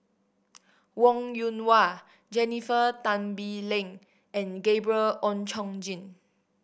Wong Yoon Wah Jennifer Tan Bee Leng and Gabriel Oon Chong Jin